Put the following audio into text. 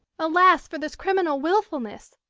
alas for this criminal wilfulness!